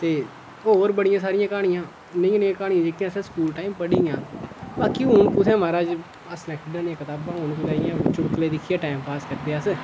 ते होर बड़ियां सारियां क्हानियां नेहियां नेहियां क्हानियां जेह्कियां असें स्कूल टैम पढ़ी दियां ते बाकी हून कुत्थै महाराज हस्सने खेढने आह्लियां कताबां हून कुतै इ'यां चुटकले दिक्खियै गै टैम पास करदे अस